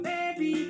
Baby